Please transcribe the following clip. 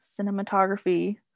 cinematography